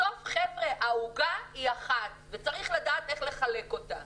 בסוף העוגה היא אחת וצריך לדעת איך לחלק אותה.